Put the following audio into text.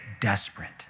desperate